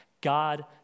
God